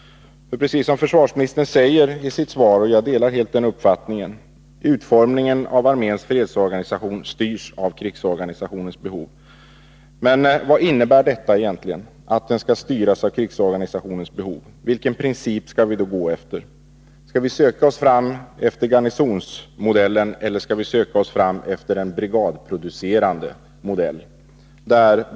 Precis som försvarsministern säger i sitt svar — och jag delar helt den uppfattningen — styrs utformningen av arméns fredsorganisation av krigsorganisationens behov. Vad innebär egentligen detta? Vilken princip skall vi då gå efter? Skall vi söka oss fram efter garnisonsmodellen, eller skall vi söka oss fram efter en brigadproducerande modell?